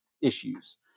issues